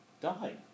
Die